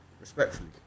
Respectfully